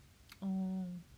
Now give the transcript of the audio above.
oh